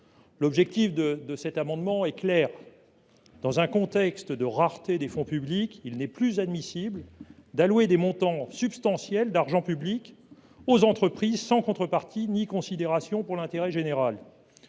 L’objet de cet amendement est clair : dans un contexte de rareté des fonds publics, il n’est plus admissible d’allouer des montants substantiels d’argent public aux entreprises sans contrepartie ni considération pour l’intérêt général.